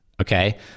Okay